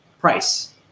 price